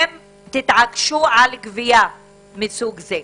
אם תתעקשו על גבייה מסוג זה.